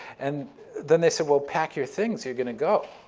and then they said, well, pack your things. you're going to go.